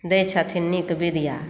दै छथिन नीक विद्या